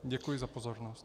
Děkuji za pozornost.